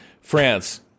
france